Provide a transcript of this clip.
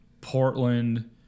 Portland